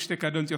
שתי קדנציות,